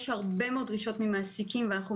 יש הרבה מאוד דרישות ממעסיקים ואנחנו